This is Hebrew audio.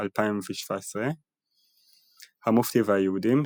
2017. המופתי והיהודים,